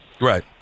Right